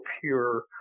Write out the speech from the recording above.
pure